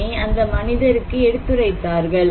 அதனை அந்த மனிதருக்கு எடுத்துரைத்தார்கள்